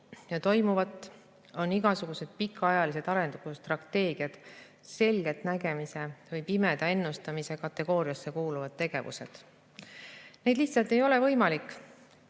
ja toimuvat, on igasugused pikaajalised arengustrateegiad selgeltnägemise või pimeda ennustamise kategooriasse kuuluvad tegevused. Neid lihtsalt ei ole võimalik